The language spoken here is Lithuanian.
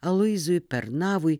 aloyzui pernavui